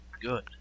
good